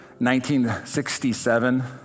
1967